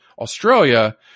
Australia